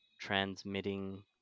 transmitting